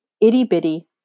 Itty-bitty